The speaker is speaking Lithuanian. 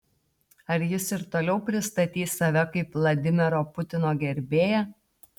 ar jis ir toliau pristatys save kaip vladimiro putino gerbėją